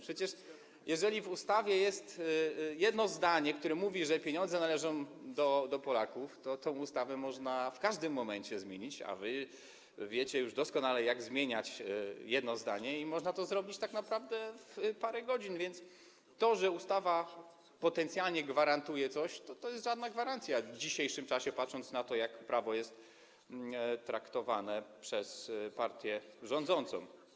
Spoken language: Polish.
Przecież jeżeli w ustawie jest jedno zdanie, które mówi, że pieniądze należą do Polaków, to tę ustawę można w każdym momencie zmienić, a wy już wiecie doskonale, jak zmieniać jedno zdanie, i można to zrobić tak naprawę w parę godzin, więc to, że ustawa potencjalnie coś gwarantuje, nie jest żadną gwarancją w dzisiejszym czasie, patrząc na to, jak prawo jest traktowane przez partię rządzącą.